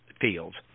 fields